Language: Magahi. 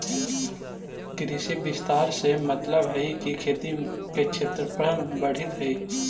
कृषि विस्तार से मतलबहई कि खेती के क्षेत्रफल बढ़ित हई